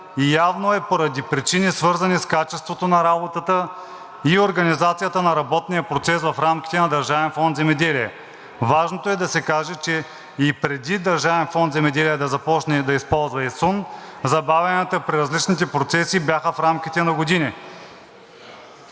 явно е поради причини, свързани с качеството на работата и организацията на работния процес в рамките на Държавен фонд „Земеделие“. Важното е да се каже, че и преди Държавен фонд „Земеделие“ да започне да използва ИСУН, забавянията при различните процеси бяха в рамките на години...